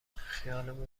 خیالمون